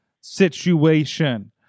situation